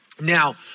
Now